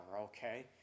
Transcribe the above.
okay